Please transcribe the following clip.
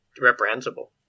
reprehensible